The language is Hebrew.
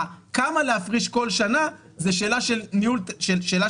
כמה להפריש כל שנה זו שאלה של ניהול